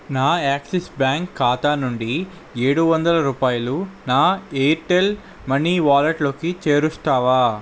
నా Axis bank ఖాతా నుండి ఏడు వందల రూపాయలు నా ఎయిర్టెల్ మనీ వాలెట్లోకి చేరుస్తావా